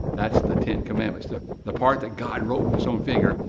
that's the ten commandments, the the part that god wrote with his own finger.